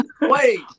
Wait